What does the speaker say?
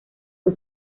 fue